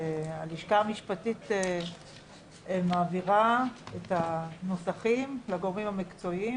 הלשכה המשפטית מעבירה את הנוסחים לגורמים המקצועיים